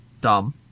dumb